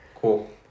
Cool